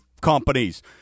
companies